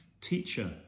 teacher